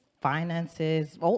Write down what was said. finances